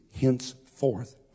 henceforth